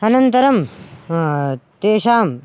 अनन्तरं तेषाम्